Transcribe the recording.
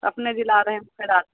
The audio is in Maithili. अपने जिला रहै फयदा